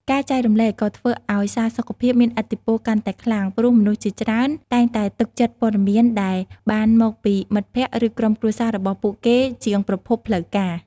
ការចែករំលែកក៏ធ្វើឲ្យសារសុខភាពមានឥទ្ធិពលកាន់តែខ្លាំង ព្រោះមនុស្សជាច្រើនតែងតែទុកចិត្តព័ត៌មានដែលបានមកពីមិត្តភក្តិឬក្រុមគ្រួសាររបស់ពួកគេជាងប្រភពផ្លូវការ។